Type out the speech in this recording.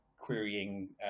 querying